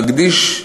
נקדיש,